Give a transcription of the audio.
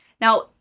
Now